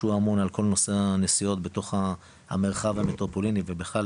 שאמון על כל הנסיעות בתוך המרחב המטרופוליני ובכלל,